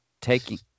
taking –